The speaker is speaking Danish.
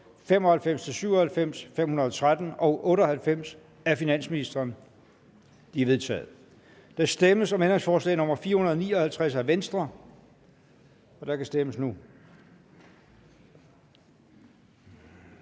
95-97, 513, og 98 af finansministeren? De er vedtaget. Der stemmes om ændringsforslag nr. 459 af Venstre, og der kan stemmes nu.